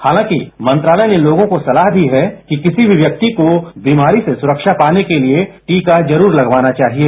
हालांकि मंत्रालय ने लोगों को सलाह दी है कि किसी भी व्यक्ति को बीमारी से सुरक्षा पाने के लिए टीका जरूर लगवाना चाहिए